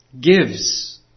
gives